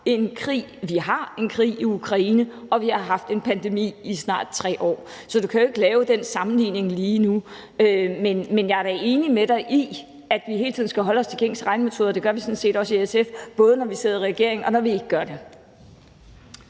vi har en krig i Ukraine, og vi har haft en pandemi i snart 3 år. Så du kan jo ikke lave den sammenligning lige nu, men jeg er da enig med dig i, at vi hele tiden skal holde os til gængse regnemetoder. Det gør vi sådan set også i SF, både når vi sidder i regering, og når vi ikke gør det.